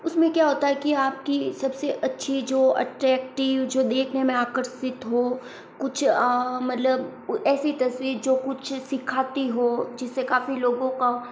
उसमें क्या होता है कि आपकी सबसे अच्छी जो अट्रैक्टिव जो देखने में आकर्षित हो कुछ मतलब ऐसी तस्वीर जो कुछ सिखाती हो जिसे काफ़ी लोगों का